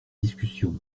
discussion